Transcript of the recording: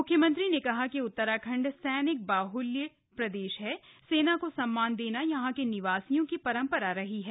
मुख्यमंत्री ने कहा कि उत्तराखण्ड सैनिक बाहल्य प्रदेश है सेना को सम्मान देना यहां के निवासियों की े रम् रा रही है